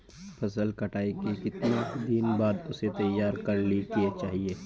फसल कटाई के कीतना दिन बाद उसे तैयार कर ली के चाहिए?